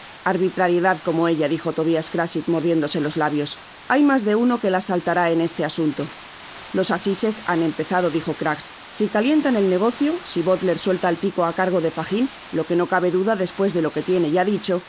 arbitrariedad como ella dijo tobias crachit mordiéndose los labios hay mas de uno que la saltará en este asunto l os asisses han empezado dijo kags si calientan el ne gocio si bultor suelta el pico á cargo de fagin lo que no cabe duda despues de lo que tiene ya dicho el